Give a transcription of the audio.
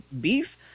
beef